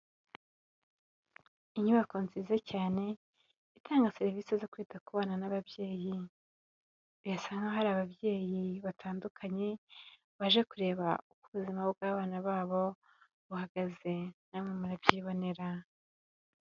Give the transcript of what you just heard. Inyubako nziza cyane itanga serivise zo kwita ku bana n'ababyeyi, barasa nkaho hari ababyeyi batandukanye, baje kureba uko ubuzima bw'abana babo buhagaze, namwe murabyibonera.